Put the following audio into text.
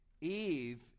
Eve